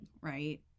right